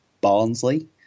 Barnsley